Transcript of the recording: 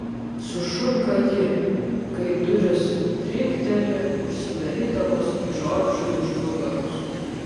sušunka ji kai durys trinkteli užsidarydamos džordžui už nugaros